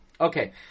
Okay